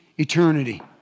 Eternity